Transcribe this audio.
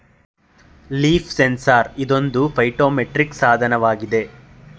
leaf sensor ಇದೊಂದು phytometric ಸಾಧನವಾಗಿದೆ